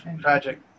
tragic